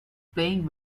playing